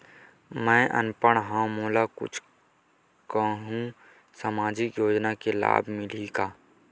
मैं अनपढ़ हाव मोला कुछ कहूं सामाजिक योजना के लाभ मिलही का?